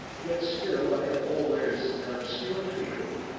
yet still i have always an obscure feeling,